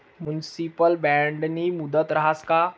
Municipal बॉन्डनी मुदत रहास का?